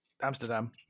Amsterdam